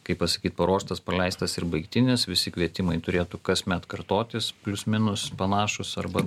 kaip pasakyt paruoštas praleistas ir baigtinis visi kvietimai turėtų kasmet kartotis plius minus panašūs arba